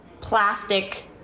plastic